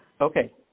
Okay